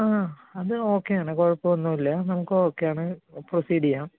ആ അത് ഓക്കെയാണ് കുഴപ്പമൊന്നുമില്ല നമുക്ക് ഒക്കെയാണ് പ്രൊസീഡ് ചെയ്യാം